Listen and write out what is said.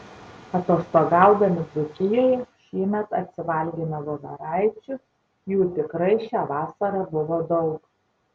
atostogaudami dzūkijoje šįmet atsivalgėme voveraičių jų tikrai šią vasarą buvo daug